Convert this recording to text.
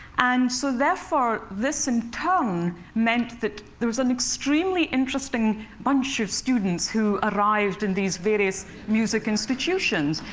and so therefore, this in turn meant that there was an extremely interesting bunch of students who arrived in these various music institutions,